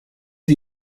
are